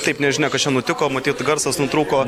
taip nežinia kas čia nutiko matyt garsas nutrūko